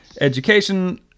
education